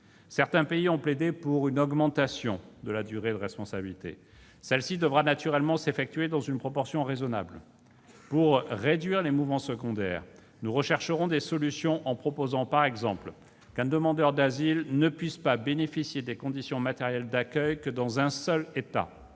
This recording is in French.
Certains pays ont plaidé pour une augmentation de la durée de responsabilité. Celle-ci devra naturellement s'effectuer dans une proportion raisonnable. Pour réduire les mouvements secondaires, nous rechercherons des solutions en proposant par exemple qu'un demandeur d'asile ne puisse bénéficier des conditions matérielles d'accueil que dans un seul État,